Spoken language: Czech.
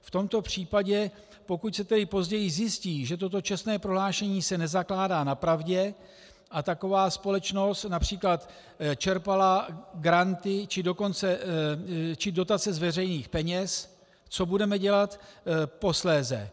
V tomto případě pokud se tedy později zjistí, že toto čestné prohlášení se nezakládá na pravdě a taková společnost například čerpala granty či dotace z veřejných peněz, co budeme dělat posléze?